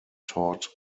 taught